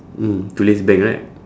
mm tulis bank right